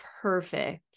perfect